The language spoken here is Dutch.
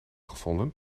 gevonden